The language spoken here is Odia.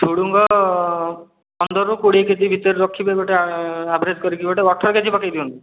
ଝୁଡ଼ଙ୍ଗ ପନ୍ଦରରୁ କୋଡ଼ିଏ କେଜି ଭିତରେ ରଖିବେ ଗୋଟେ ଆଭେରେଜ୍ କରିକି ଗୋଟେ ଅଠର କେଜି ପକାଇଦିଅନ୍ତୁ